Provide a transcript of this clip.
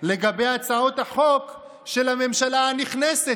לגבי הצעות החוק של הממשלה הנכנסת,